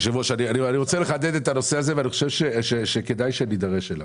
אני רוצה לחדד את הנושא הזה ואני חושב שכדאי שכוועדה נידרש לו.